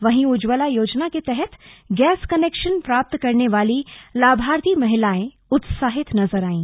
वही उज्ज्वला योजना के तहत गैस कनेक्शन प्राप्त करने वाली लाभार्थी महिलाएं उत्साहित नजर आयी